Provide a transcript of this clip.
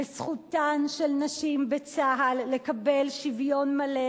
וזכותן של נשים בצה"ל לקבל שוויון מלא